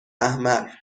احمر